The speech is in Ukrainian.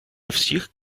всіх